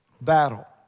battle